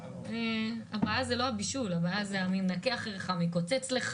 הבעיה זה לא הבישול, אלא מי מנקה, קוצץ,